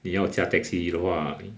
你要驾 taxi 的话